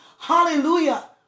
Hallelujah